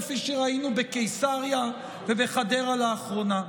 כפי שראינו בקיסריה ובחדרה לאחרונה.